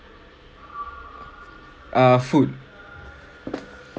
uh food